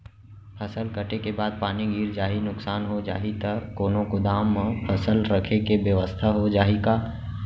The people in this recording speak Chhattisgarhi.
फसल कटे के बाद पानी गिर जाही, नुकसान हो जाही त कोनो गोदाम म फसल रखे के बेवस्था हो जाही का?